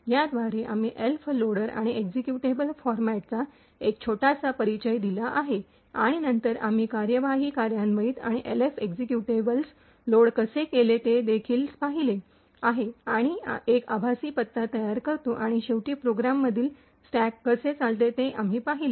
याद्वारे आम्ही ELF loader आणि एक्झिक्युटेबल फॉरमॅटचा एक छोटासा परिचय दिला आहे आणि नंतर आम्ही कार्यवाही कार्यान्वित आणि एल्फ एक्झिक्यूटिव्हल्स लोड कसे केले ते देखील पाहिले आहे आणि एक आभासी पत्ता तयार करतो आणि शेवटी प्रोग्राममधील स्टॅक कसे चालते ते आम्ही पाहिले